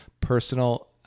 personal